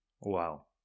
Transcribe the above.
Wow